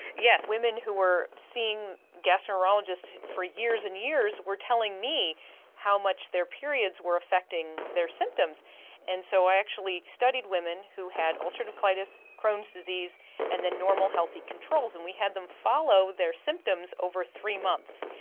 yes, women who were seeing gastroenterologists for years and years were telling me how much their periods were affecting their symptoms and so i actually studied women who had ulcerative colitis, crohns disease and the normal healthy controls. and we had them follow their symptoms over three months.